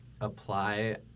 apply